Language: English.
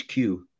HQ